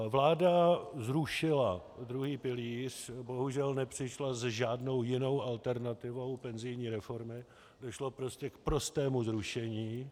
Vláda zrušila druhý pilíř, bohužel nepřišla s žádnou jinou alternativou penzijní reformy, došlo prostě k prostému zrušení.